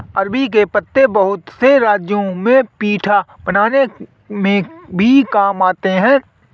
अरबी के पत्ते बहुत से राज्यों में पीठा बनाने में भी काम आते हैं